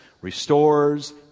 restores